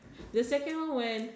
the second when